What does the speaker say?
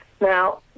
Now